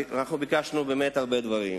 אנחנו ביקשנו באמת הרבה דברים,